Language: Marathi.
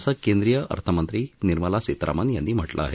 असं केंद्रीय अर्थमंत्री निर्मला सीतारामन यांनी म्हटलं आहे